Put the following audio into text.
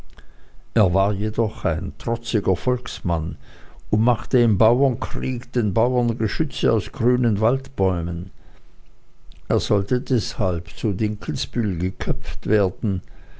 er war jedoch ein trotziger volksmann und machte im bauernkrieg den bauern geschütze aus grünen waldbäumen er sollte deshalb zu dinkelsbühl geköpft werden